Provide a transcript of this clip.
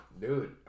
dude